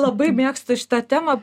labai mėgstu šitą temą